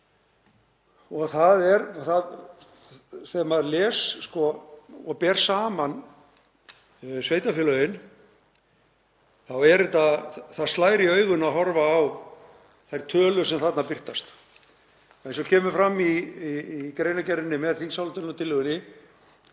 standa. Þegar maður les og ber saman sveitarfélögin þá slær í augun að horfa á þær tölur sem þarna birtast. Eins og kemur fram í greinargerðinni með þingsályktunartillögunni